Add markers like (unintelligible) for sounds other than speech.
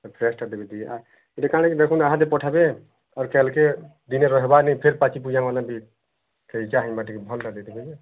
ଫ୍ରେସଟା ଦେବେ ଟିକିଏ ଇଏ କାଣା କି ଦେଖନ୍ତୁ ଏହା ହାତରେ ପଠାଇବେ ଆଉ କାଲକେ ଦିନେ ରହିବା ନାଇଁ ଫିର ପାଚିପୁଚାମାନ ଯିବ ଯଦି (unintelligible) ଚାହେଁବ ଟିକିଏ ଭଲଟା ଦେବେ ଯେ